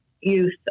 youth